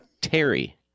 Terry